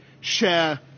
share